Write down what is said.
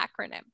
acronym